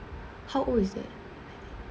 how old is it